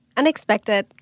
unexpected